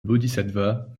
bodhisattva